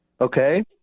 Okay